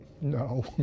no